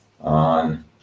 on